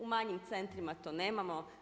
U manjim centrima to nemamo.